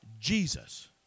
Jesus